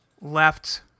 left